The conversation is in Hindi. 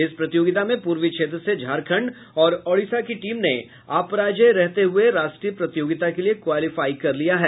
इस प्रतियोगिता में पूर्वी क्षेत्र से झारखंड और ओडिशा की टीम ने अपराजेय रहते हुये राष्ट्रीय प्रतियोगिता के लिए क्वालिफाई कर लिया है